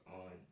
on